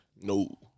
No